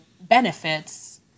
benefits